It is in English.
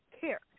care